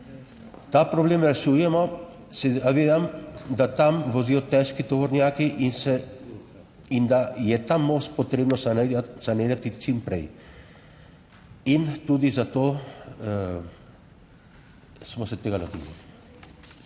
Ta problem rešujemo, se zavedam, da tam vozijo težki tovornjaki in da je ta most potrebno sanirati čim prej. In tudi zato smo se tega lotili.